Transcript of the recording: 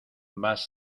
vas